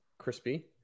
Crispy